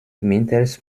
mittels